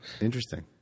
Interesting